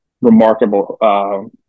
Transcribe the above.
remarkable